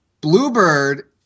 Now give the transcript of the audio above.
Bluebird